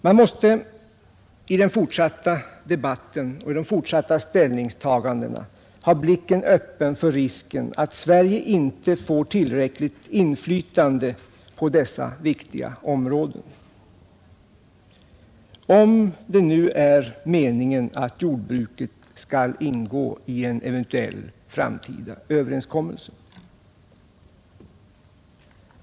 Man måste i den fortsatta debatten och i de fortsatta ställningstagandena ha blicken öppen för risken att Sverige inte får tillräckligt inflytande på dessa viktiga områden, om det nu är meningen att jordbruket skall ingå i en eventuell framtida överenskommelse.